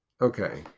okay